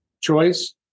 choice